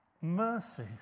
Mercy